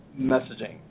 messaging